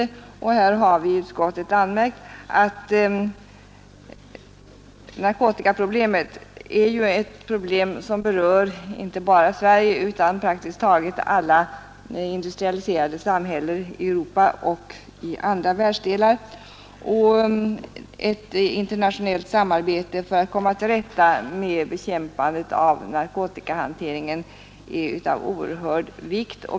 Med anledning därav har vi i utskottet anmärkt att narkotikaproblemet är ett problem som berör inte bara Sverige utan praktiskt taget alla industrialiserade samhällen i Europa och i andra världsdelar och att ett internationellt samarbete för att komma till rätta med bekämpandet av narkotikahanteringen är av oerhörd vikt.